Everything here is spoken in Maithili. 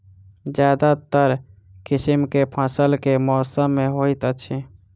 ज्यादातर किसिम केँ फसल केँ मौसम मे होइत अछि?